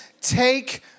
Take